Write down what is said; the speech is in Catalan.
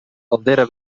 caldera